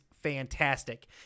fantastic